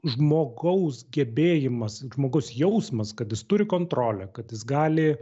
žmogaus gebėjimas žmogaus jausmas kad jis turi kontrolę kad jis gali